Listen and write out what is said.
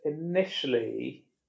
initially